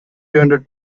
hundred